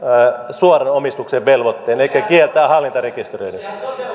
suoran omistuksen velvoitteen elikkä kieltää hallintarekisteröinnin